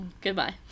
goodbye